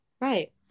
right